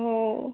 हो